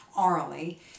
orally